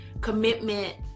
commitment